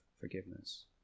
forgiveness